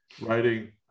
writing